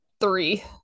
Three